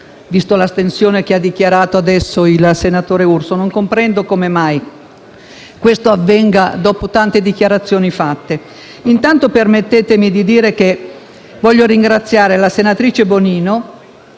vista l'astensione dichiarata adesso dal senatore Urso (e non comprendo come mai ciò avvenga dopo tante dichiarazioni fatte). Intanto permettetemi di dire che desidero ringraziare la senatrice Bonino,